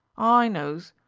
i knows.